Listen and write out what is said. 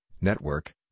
network